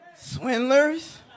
swindlers